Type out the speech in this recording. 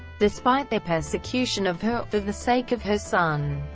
despite their persecution of her, for the sake of her son.